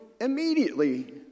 immediately